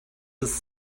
ist